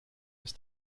ist